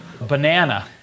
banana